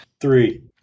three